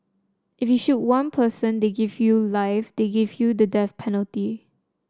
if you shoot one person they give you life they give you the death penalty